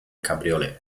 cabriolet